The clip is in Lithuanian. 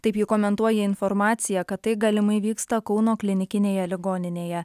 taip ji komentuoja informaciją kad tai galimai vyksta kauno klinikinėje ligoninėje